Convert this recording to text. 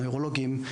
הנוירולוגים,